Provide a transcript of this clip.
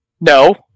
No